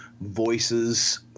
voices